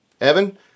Evan